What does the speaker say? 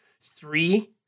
three